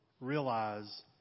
realize